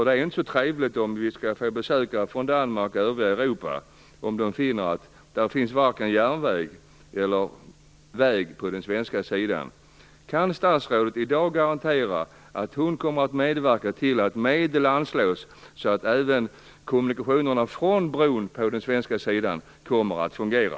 Det är inte så trevligt om besökare från Danmark och övriga Europa finner att det varken finns järnväg eller väg på den svenska sidan. Kan statsrådet i dag garantera att hon kommer att medverka till att medel anslås så att även kommunikationerna från bron på den svenska sidan kommer att fungera?